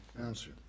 answer